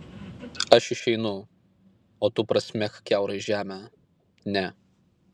aš išeinu o tu prasmek kiaurai žemę ne